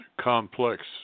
complex